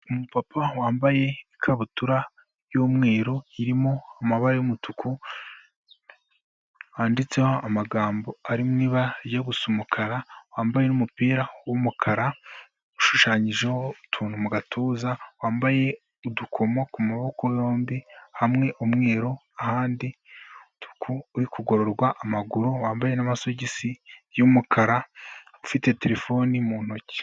Umupapa wambaye ikabutura y'umweru irimo amabara y'umutuku, handitseho amagambo ari mu ibara rijya gusa umukara, wambaye n'umupira w'umukara ushushanyijeho utuntu mu gatuza, wambaye udukomo ku maboko yombi, hamwe umweru ahandi umutuku, uri kugororwa amaguru, wambaye n'amasosogisi y'umukara, afite telefone mu ntoki.